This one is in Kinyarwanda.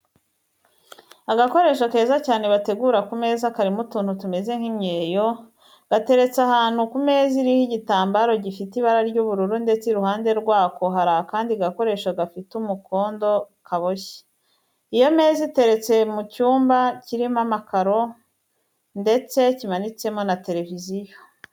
Agakoresho keza cyane bategura ku meza, karimo utuntu tumeze nk'imyeyo, gateretse ahantu ku meza iriho igitambaro gifite ibara ry'ubururu ndetse iruhande rwako hari akandi gakoresho gafite umukondo kaboshye. Iyo meza iteretse mu cyumba kirimo amakaro ndetse kimanitsemo na televiziyo.